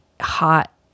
hot